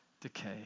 decay